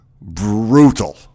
brutal